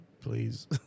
please